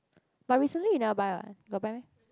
but recently you never buy what got buy